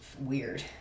weird